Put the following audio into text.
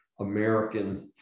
American